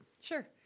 Sure